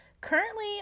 currently